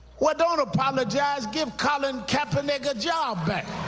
well, don't apologize. give colin kaepernick a job back.